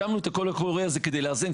הקמנו את כל הקול קורא הזה כדי לאזן,